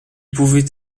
pouvait